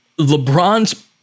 LeBron's